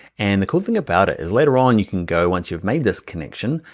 and the cool thing about it is later on, you can go once you've made this connection.